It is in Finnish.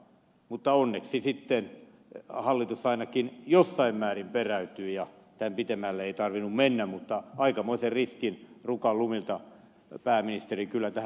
mutta onneksi sitten hallitus ainakin jossain määrin peräytyi ja tämän pitemmälle ei tarvinnut mennä mutta aikamoisen riskin rukan lumilta pääministeri kyllä tää